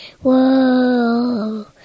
Whoa